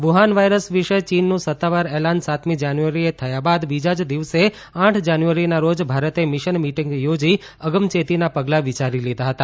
Wuhan virus વિશે ચીનનું સત્તાવાર એલાન સાતમી જાન્યુઆરીએ થયા બાદ બીજા જ દિવસે આઠ જાન્યુઆરીના રોજ ભારતે મિશન મીટિંગ યોજી અગમચેતીના પગલાં વિચારી લીધા હતા